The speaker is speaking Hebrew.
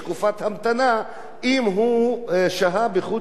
אם הם שהו בחוץ-לארץ פחות משנה.